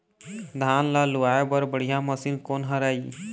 धान ला लुआय बर बढ़िया मशीन कोन हर आइ?